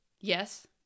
yes